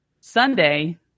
Sunday